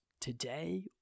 today